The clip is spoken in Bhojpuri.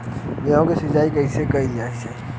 गेहूँ के सिंचाई कइसे करे के चाही?